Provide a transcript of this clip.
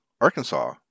Arkansas